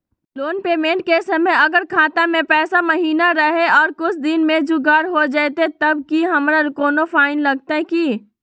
Loan payment के समय अगर खाता में पैसा महिना रहै और कुछ दिन में जुगाड़ हो जयतय तब की हमारा कोनो फाइन लगतय की?